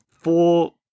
Four